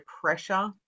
pressure